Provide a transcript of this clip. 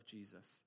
Jesus